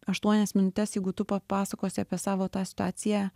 aštuonias minutes jeigu tu papasakosi apie savo tą situaciją